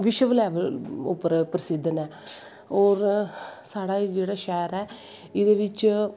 विश्व लैवल पर प्रसिध्द नै और साढ़ा जेह्ड़ा शैह्र ऐ एह्दे बिच्च